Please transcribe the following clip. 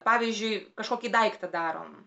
pavyzdžiui kažkokį daiktą darom